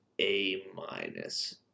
A-minus